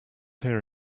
here